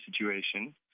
situation